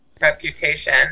reputation